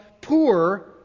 poor